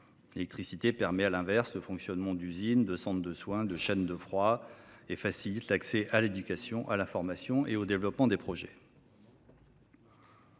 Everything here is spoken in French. L’électricité permet à l’inverse le fonctionnement d’usines, de centres de soins et de chaînes de froid et facilite l’accès à l’éducation, à l’information et au développement des projets.